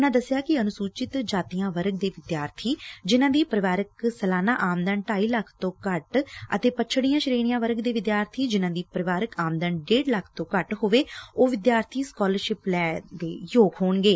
ਉਨ੍ਹਾਂ ਦੱਸਿਆ ਕਿ ਅਨੁਸੁਚਿਤ ਜਾਤੀਆਂ ਵਰਗ ਦੇ ਵਿਦਿਆਰਥੀ ਜਿਨਾਂ ਦੀ ਪਰਿਵਾਰਕ ਸਲਾਨਾ ਆਮਦਨ ਢਾਈ ਲੱਖ ਤੋਂ ਘੱਟ ਅਤੇ ਪੱਛਤੀਆਂ ਸ਼ੇਣੀਆਂ ਵਰਗ ਦੇ ਵਿਦਿਆਰਬੀ ਜਿਨ੍ਹਾਂ ਦੀ ਪਰਿਵਾਰਕ ਆਮਦਨ ਡੇਢ ਲੱਖ ਤੋਂ ਘੱਟ ਹੋਵੇ ਉਹ ਵਿਦਿਆਰਥੀ ਸਕਾਲਰਸ਼ਿਪ ਲੈਣ ਦੇ ਯੋਗ ਹੋਣਗੇ